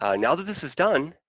ah now that this is done,